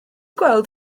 gweld